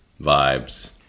vibes